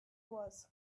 was